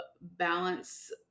balance